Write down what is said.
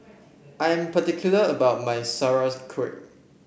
I am particular about my